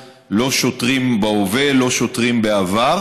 איך ייתכן שיש דברים שלא נחקרו בתיק הזה.